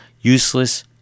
Useless